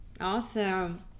Awesome